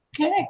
Okay